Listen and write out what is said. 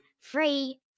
Free